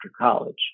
college